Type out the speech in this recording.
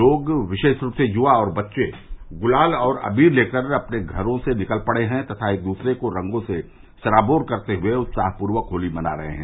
लोग विशेष रूप से युवा और बच्चे रंग गुलाल और अबीर लेकर अपने घरो से निकल पड़े हैं तथा एक दूसरे को रंगो से सराबोर करते हुए उत्साहपूर्वक होली मना रहे है